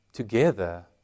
together